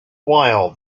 while